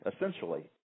essentially